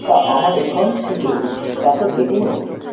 তা আমার অ্যাকাউন্ট থেকে টাকা কেটে নেওয়া হয়েছে